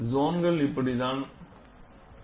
சோன்கள் இப்படித்தான் தோன்றும்